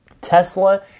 Tesla